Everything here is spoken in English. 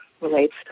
relates